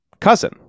cousin